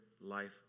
life